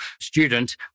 student